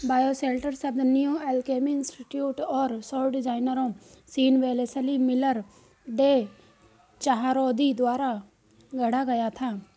bioshelter शब्द New Alchemy Institute और सौर डिजाइनरों Sean Wellesley Miller, Day Chahroudi द्वारा गढ़ा गया था